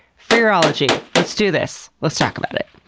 fearology! let's do this! let's talk about it.